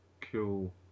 Cool